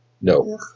No